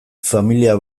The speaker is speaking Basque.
familia